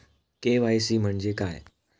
KYC म्हणजे काय?